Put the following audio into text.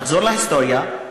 תחזור להיסטוריה.